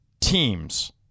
teams